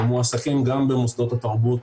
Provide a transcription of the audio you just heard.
מועסקים גם במוסדות התרבות,